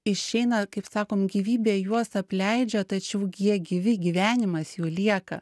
išeina kaip sakom gyvybė juos apleidžia tačiau gi jie gyvi gyvenimas jų lieka